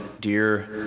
dear